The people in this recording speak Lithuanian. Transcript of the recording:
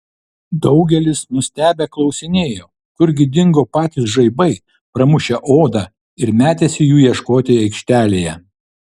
daugelis nustebę klausinėjo kurgi dingo patys žaibai pramušę odą ir metėsi jų ieškoti aikštelėje